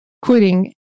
quitting